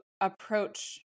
approach